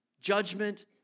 judgment